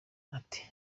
ati